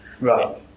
Right